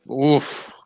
oof